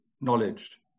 knowledge